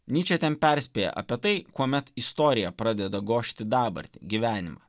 nyčė ten perspėja apie tai kuomet istorija pradeda gožti dabartį gyvenimą